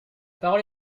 parole